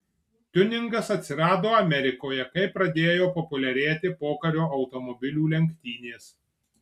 tiuningas atsirado amerikoje kai pradėjo populiarėti pokario automobilių lenktynės